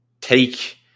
take